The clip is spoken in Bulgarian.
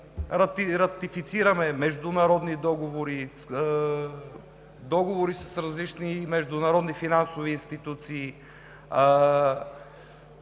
ратифицираме международни договори, договори с различни международни финансови институции,